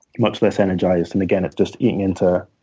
much less energized. and again, it's just eating into